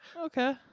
okay